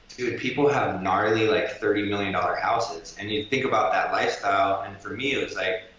dude people have gnarly like thirty million dollars houses. and you think about that lifestyle and for me it was like,